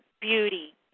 beauty